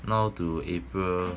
now to april